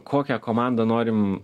kokią komandą norim